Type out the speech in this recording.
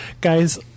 Guys